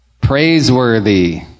Praiseworthy